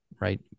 Right